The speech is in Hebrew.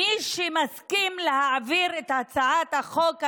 בשיתוף פעולה,